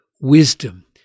wisdom